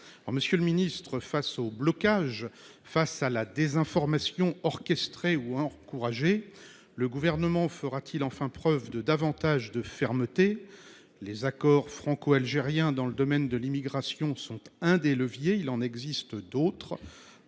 Monsieur le ministre, face au blocage, face à la désinformation orchestrée ou encouragée, le gouvernement fera-t-il enfin preuve de davantage de fermeté ? Les accords franco-algériens dans le domaine de l'immigration sont un des leviers, il en existe d'autres.